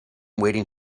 waiting